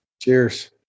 Cheers